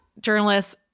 journalists